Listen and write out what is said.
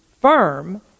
firm